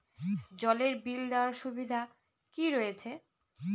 জলের বিল দেওয়ার সুবিধা কি রয়েছে?